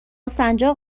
سنجاق